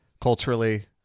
culturally-